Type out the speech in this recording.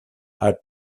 hart